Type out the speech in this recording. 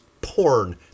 porn